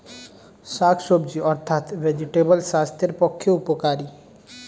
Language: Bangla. শাকসবজি অর্থাৎ ভেজিটেবল স্বাস্থ্যের পক্ষে উপকারী